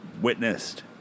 witnessed